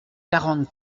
quarante